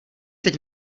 teď